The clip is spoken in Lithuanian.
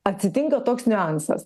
atsitinka toks niuansas